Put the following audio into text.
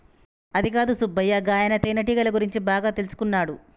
అదికాదు సుబ్బయ్య గాయన తేనెటీగల గురించి బాగా తెల్సుకున్నాడు